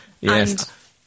Yes